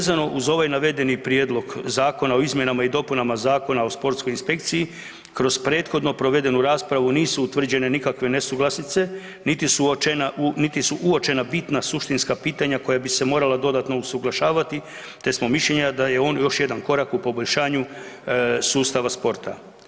Vezano uz ovaj navedeni Prijedlog zakona o izmjenama i dopunama Zakona o sportskoj inspekciji kroz prethodno provedenu raspravu nisu utvrđene nikakve nesuglasice, niti su uočena bitna suštinska pitanja koja bi se morala dodatno usuglašavati, te smo mišljenja da je on još jedan korak u poboljšanju sustava sporta.